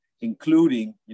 including